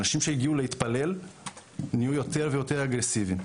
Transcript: אנשים שהגיעו להתפלל נהיו יותר ויותר אגרסיביים,